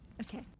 Okay